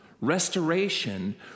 restoration